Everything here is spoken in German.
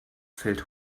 fällt